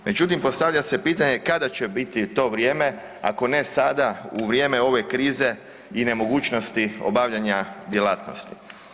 Međutim, postavlja se pitanje kada će biti to vrijeme, ako ne sada u vrijeme ove krize i nemogućnosti obavljanja djelatnosti.